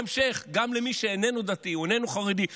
המשך גם למי שאיננו דתי או איננו חרדי.